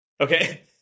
Okay